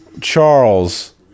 Charles